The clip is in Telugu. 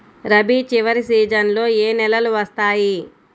రబీ చివరి సీజన్లో ఏ నెలలు వస్తాయి?